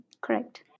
Correct